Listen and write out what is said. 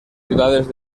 ciudades